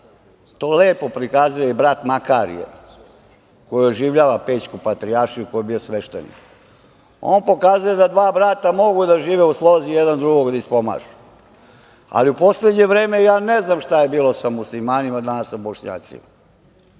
to lepo prikazuje i brat Makarije, koji oživljava Pećku Patrijaršiju u kojoj je bio sveštenik. On pokazuje da dva brata mogu da žive u slozi i jedan drugog ispomažu. Ali, u poslednje vreme ne znam šta je bilo sa Muslimanima, danas sa bošnjacima.